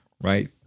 right